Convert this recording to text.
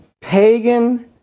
pagan